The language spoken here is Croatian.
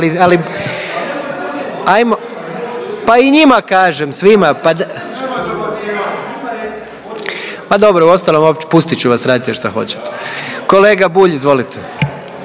Nema dobacivanja./… Ma dobro uostalom pustit ću vas, radite šta hoćete. Kolega Bulj, izvolite.